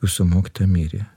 jūsų mokytoja mirė